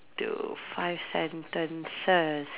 do five sentences